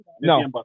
no